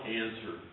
answer